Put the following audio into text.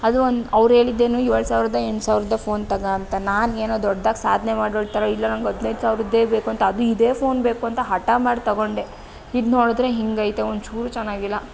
ಅದೂ ಒಂದು ಅವರು ಹೇಳಿದ್ದೇನು ಏಳು ಸಾವಿರದ್ದೋ ಎಂಟು ಸಾವಿರದ್ದೋ ಫೋನ್ ತಗೋ ಅಂತ ನಾನೇನೊ ದೊಡ್ಡದಾಗಿ ಸಾಧನೆ ಮಾಡೋವ್ಳ ಥರ ಇಲ್ಲ ನನಗೆ ಹದಿನೈದು ಸಾವಿರದ್ದೇ ಬೇಕೂಂತ ಅದೂ ಇದೇ ಫೋನ್ ಬೇಕೂಂತ ಹಠ ಮಾಡಿ ತಗೊಂಡೆ ಇದು ನೋಡಿದರೆ ಹಿಂಗೈತೆ ಒಂದು ಚೂರು ಚೆನ್ನಾಗಿಲ್ಲ